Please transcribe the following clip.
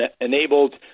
enabled